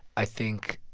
i think,